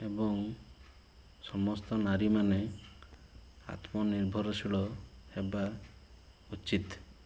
ଏବଂ ସମସ୍ତ ନାରୀମାନେ ଆତ୍ମ ନିର୍ଭରଶୀଳ ହେବା ଉଚିତ୍